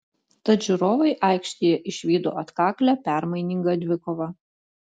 tad žiūrovai aikštėje išvydo atkaklią permainingą dvikovą